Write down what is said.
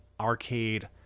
arcade